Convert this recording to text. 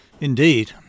Indeed